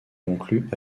conclue